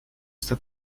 esta